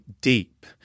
deep